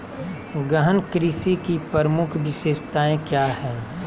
गहन कृषि की प्रमुख विशेषताएं क्या है?